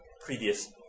previous